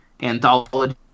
anthology